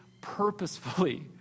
purposefully